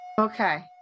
Okay